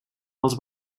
els